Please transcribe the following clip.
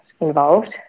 involved